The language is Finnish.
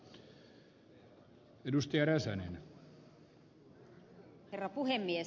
arvoisa herra puhemies